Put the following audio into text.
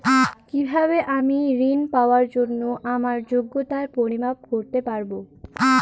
কিভাবে আমি ঋন পাওয়ার জন্য আমার যোগ্যতার পরিমাপ করতে পারব?